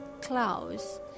clouds